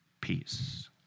peace